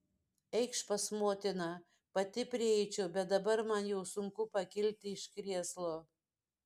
eikš pas motiną pati prieičiau bet dabar man jau sunku pakilti iš krėslo